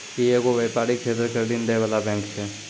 इ एगो व्यपारिक क्षेत्रो के ऋण दै बाला बैंक छै